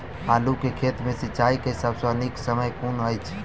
आलु केँ खेत मे सिंचाई केँ सबसँ नीक समय कुन अछि?